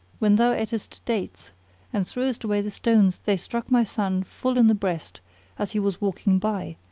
when thou atest dates and threwest away the stones they struck my son full in the breast as he was walking by,